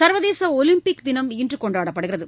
சர்வதேச ஒலிம்பிக் தினம் இன்று கொண்டாடப்படுகிறது